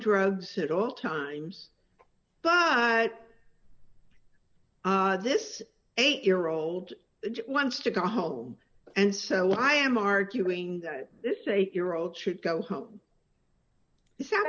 drugs at all times but this eight year old wants to go home and sell i am arguing that this eight year old should go home if that